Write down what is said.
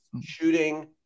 shooting